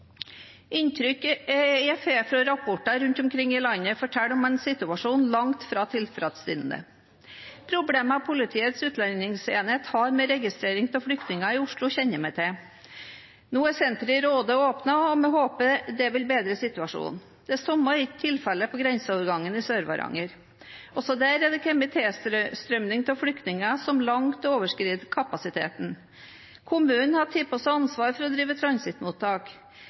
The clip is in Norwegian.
Inntrykket jeg får fra rapporter rundt omkring i landet, forteller om en situasjon som langt fra er tilfredsstillende. Problemet Politiets utlendingsenhet har med registrering av flyktninger i Oslo, kjenner vi til. Nå er senteret i Råde åpnet, og vi må håpe det vil bedre situasjonen. Det samme er ikke tilfellet på grenseovergangen i Sør-Varanger. Også der er det kommet en tilstrømming av flyktninger som langt overskrider kapasiteten. Kommunen har tatt på seg ansvaret for å drive transittmottak.